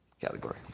category